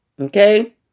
Okay